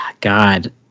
God